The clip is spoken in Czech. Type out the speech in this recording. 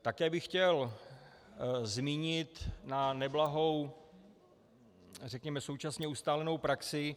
Také bych chtěl zmínit neblahou, řekněme současně ustálenou praxi.